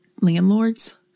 landlords